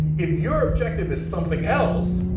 if your objection is something else,